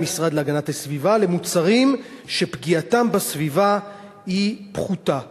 והמשרד להגנת הסביבה למוצרים שפגיעתם בסביבה היא פחותה.